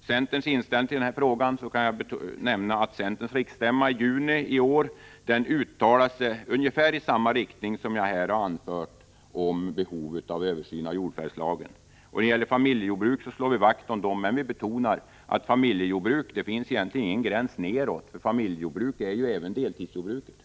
centerns inställning till denna fråga kan jag nämna att centerns riksstämma i juni i år uttalade sig i ungefär samma riktning som jag har gjort här om behovet av en översyn av jordförvärvslagen. När det gäller familjejordbruken slår vi vakt om dem, men vi betonar att det egentligen inte finns någon gräns nedåt för dessa, eftersom även deltidsjordbruk är familjejordbruk.